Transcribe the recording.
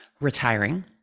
retiring